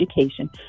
education